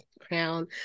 crown